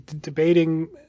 debating